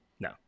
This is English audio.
No